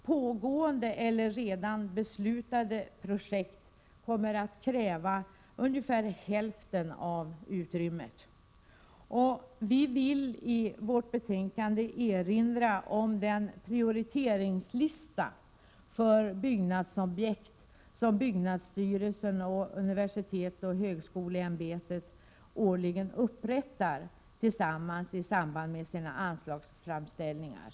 Pågående eller redan beslutade objekt kommer att kräva ungefär hälften av utrymmet. Utskottet vill i betänkandet erinra om den prioriteringslista för byggnadsobjekt som byggnadsstyrelsen och universitetsoch högskoleämbetet årligen upprättar tillsammans i samband med sina anslagsframställningar.